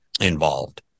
involved